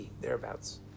thereabouts